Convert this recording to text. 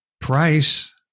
price